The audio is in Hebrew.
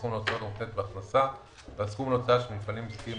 הסכום להוצאה המותנית בהכנסה והסכום להוצאה של מפעלים עסקיים,